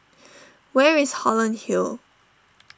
where is Holland Hill